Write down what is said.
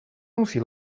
musí